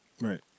Right